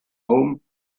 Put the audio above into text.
home